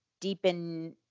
deepen